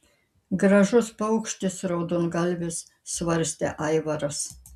gražus paukštis raudongalvis svarstė aivaras